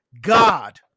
God